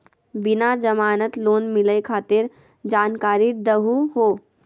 बिना जमानत लोन मिलई खातिर जानकारी दहु हो?